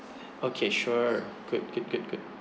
okay sure good good good good